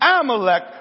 Amalek